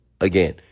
again